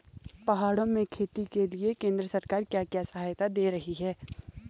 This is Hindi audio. पहाड़ों में खेती के लिए केंद्र सरकार क्या क्या सहायता दें रही है?